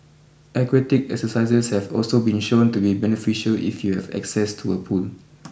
Aquatic exercises have also been shown to be beneficial if you have access to a pool